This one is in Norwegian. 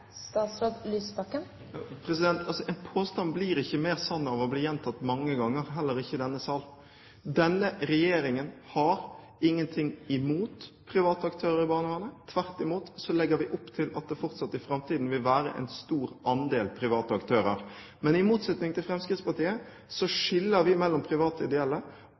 bli gjentatt mange ganger, heller ikke i denne sal. Denne regjeringen har ingenting imot private aktører i barnevernet. Tvert imot, så legger vi opp til at det fortsatt i framtiden vil være en stor andel private aktører. Men i motsetning til Fremskrittspartiet skiller vi mellom private og ideelle